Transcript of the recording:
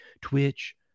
Twitch